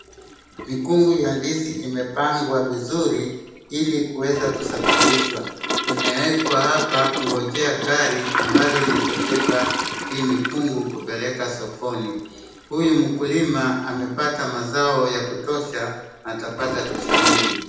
Mikingu ya ndizi imepangwa vizuri hili kuweza kusafirishwa. Imewekwa hapa kungojea gari ambalo litabeba hii mikungu kupeleka sokoni. Huyu mkulima amepata mazao ya kutosha na atapata pesa nyingi.